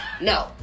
No